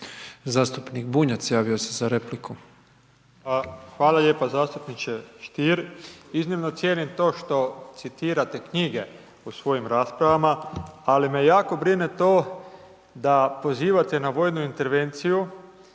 za repliku. **Bunjac, Branimir (Živi zid)** Hvala lijepo. Zastupniče Stier, iznimno cijenim to što citirate knjige u svojim raspravama, ali me jako brine to da pozivate na vojnu intervenciju